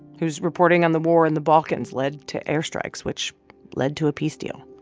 whose reporting on the war in the balkans led to airstrikes, which led to a peace deal.